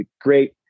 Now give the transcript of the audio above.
Great